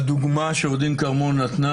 הדוגמה שעורכת הדין כרמון נתת